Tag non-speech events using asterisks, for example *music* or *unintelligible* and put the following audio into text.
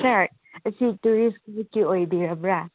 ꯁꯥꯔ ꯑꯁꯤ ꯇꯨꯔꯤꯁꯀꯤ *unintelligible* ꯑꯣꯏꯕꯤꯔꯕ꯭ꯔꯥ